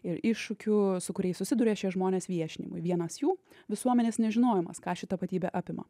ir iššūkių su kuriais susiduria šie žmonės viešinimui vienas jų visuomenės nežinojimas ką ši tapatybė apima